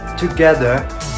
Together